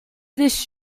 this